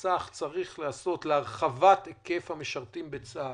נעשה אך צריך להיעשות להרחבת היקף המשרתים בצה"ל,